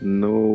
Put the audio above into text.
no